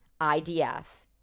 IDF